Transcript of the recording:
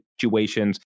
situations